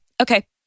okay